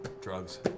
drugs